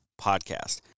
podcast